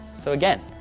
so, again,